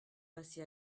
passé